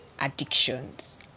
addictions